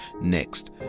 next